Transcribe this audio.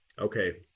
Okay